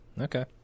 okay